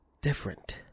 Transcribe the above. different